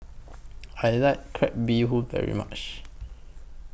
I like Crab Bee Hoon very much